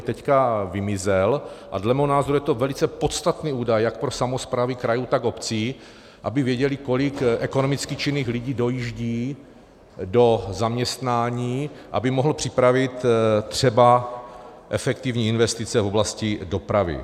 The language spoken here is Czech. Teď vymizel a dle mého názoru je to velice podstatný údaj jak pro samosprávy krajů, tak obcí, aby věděly, kolik ekonomicky činných lidí dojíždí do zaměstnání, a mohly připravit třeba efektivní investice v oblasti dopravy.